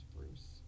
Bruce